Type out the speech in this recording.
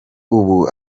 ubu